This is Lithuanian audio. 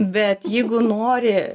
bet jeigu nori